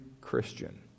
Christian